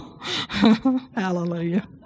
Hallelujah